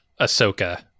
Ahsoka